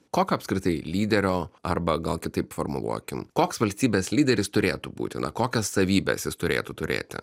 kokio apskritai lyderio arba gal kitaip formuluokim koks valstybės lyderis turėtų būti na kokias savybes jis turėtų turėti